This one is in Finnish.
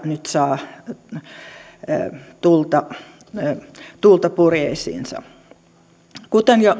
nyt saavat tuulta tuulta purjeisiinsa kuten jo